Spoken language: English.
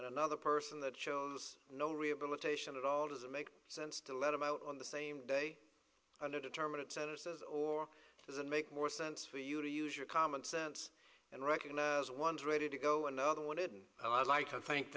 and another person that shows no rehabilitation at all does it make sense to let him out on the same day under determine it or does it make more sense for you to use your common sense and recognize one is ready to go another wanted and i'd like to think